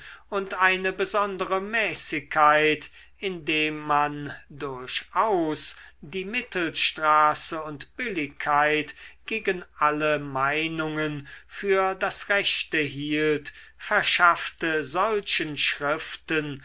und eine besondere mäßigkeit indem man durchaus die mittelstraße und billigkeit gegen alle meinungen für das rechte hielt verschaffte solchen schriften